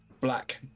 black